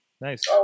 nice